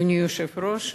אדוני היושב-ראש,